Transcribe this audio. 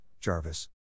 Jarvis